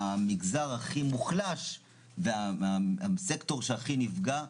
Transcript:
המגזר הכי מוחלש והסקטור שהכי נפגע,